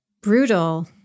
brutal